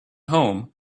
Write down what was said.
home